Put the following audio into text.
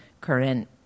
current